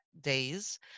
days